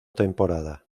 temporada